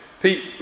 Pete